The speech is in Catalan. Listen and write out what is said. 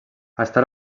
està